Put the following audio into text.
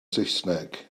saesneg